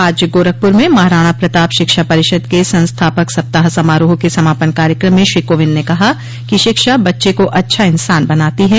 आज गोरखपुर में महाराणा प्रताप शिक्षा परिषद के संस्थापक सप्ताह समारोह के समापन कार्यक्रम में श्री कोविंद ने कहा कि शिक्षा बच्चे को अच्छा इंसान बनाती है